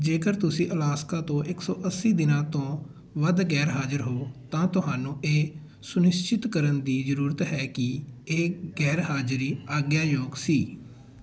ਜੇਕਰ ਤੁਸੀਂ ਅਲਾਸਕਾ ਤੋਂ ਇੱਕ ਸੌ ਅੱਸੀ ਦਿਨਾਂ ਤੋਂ ਵੱਧ ਗ਼ੈਰ ਹਾਜ਼ਰ ਹੋ ਤਾਂ ਤੁਹਾਨੂੰ ਇਹ ਸੁਨਿਸ਼ਚਿਤ ਕਰਨ ਦੀ ਜ਼ਰੂਰਤ ਹੈ ਕਿ ਇਹ ਗੈਰ ਹਾਜ਼ਰੀ ਆਗਿਆ ਯੋਗ ਸੀ